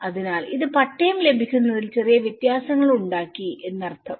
അതിനാൽ ഇത് പട്ടയം ലഭിക്കുന്നതിൽ ചെറിയ വ്യത്യാസങ്ങൾ ഉണ്ടാക്കി എന്ന് അർഥം